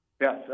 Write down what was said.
Yes